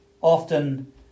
Often